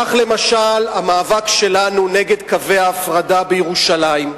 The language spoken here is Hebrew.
כך, למשל, המאבק שלנו נגד קווי ההפרדה בירושלים,